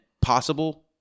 possible